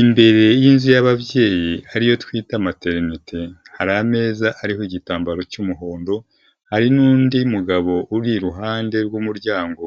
Imbere y'inzu y'ababyeyi hariyo twita materneti hari ameza hariho igitambaro cy'umuhondo hari n'undi mugabo uri iruhande rw'umuryango